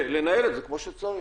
ולנהל את זה כמו שצריך.